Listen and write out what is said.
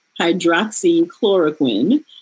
hydroxychloroquine